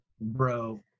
Bro